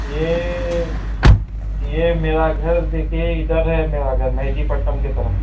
یہ یہ میرا گھر دیکھیے ادھر ہے میرا گھر مہدی پٹنم کے طرف